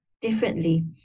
differently